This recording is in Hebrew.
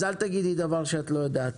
אז אל תגידי דבר שאת לא יודעת.